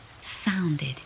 sounded